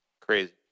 Crazy